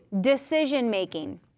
decision-making